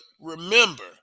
remember